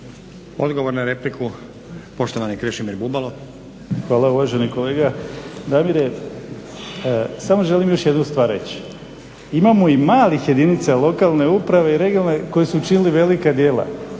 Odgovor na repliku, poštovani Krešimir Bubalo.